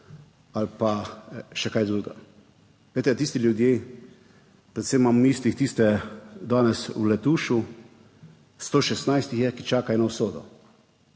ali pa še kaj drugega. Glejte, tisti ljudje, predvsem imam v mislih tiste danes v Letušu 116 jih je, ki čakajo na usodo.